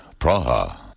Praha